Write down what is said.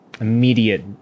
immediate